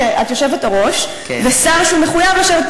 אתה שומע?